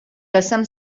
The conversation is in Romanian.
lăsăm